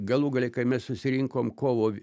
galų gale kai mes susirinkom kovo